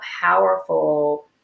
powerful